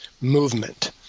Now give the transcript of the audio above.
movement